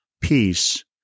Peace